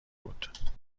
بود